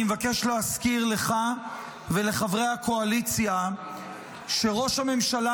אני מבקש להזכיר לך ולחברי הקואליציה שראש הממשלה